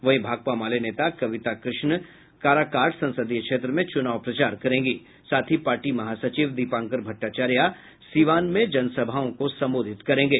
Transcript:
वहीं भाकपा माले नेता कविता कृष्ण काराकाट संसदीय क्षेत्र में चूनाव प्रचार करेंगी साथ ही पार्टी महासचिव दिपांकर भट्टाचार्या सीवान में जनसभाओं को संबोधित करेंगे